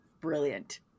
brilliant